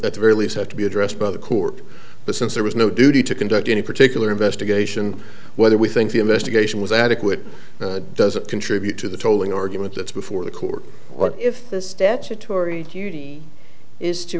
at the very least had to be addressed by the court but since there was no duty to conduct any particular investigation whether we think the investigation was adequate doesn't contribute to the tolling argument that's before the court what if the statutory duty is to